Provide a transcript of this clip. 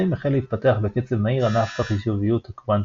החל להתפתח בקצב מהיר ענף החישוביות הקוונטית,